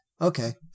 Okay